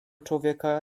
człowieka